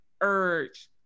urge